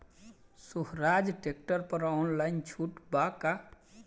सोहराज tractor पर online छूट बा का?